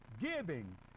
giving